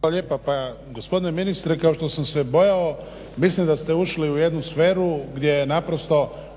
Hvala lijepa. Pa gospodine ministre kao što sam se bojao mislim da ste ušli u jednu sferi gdje